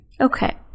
Okay